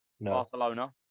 Barcelona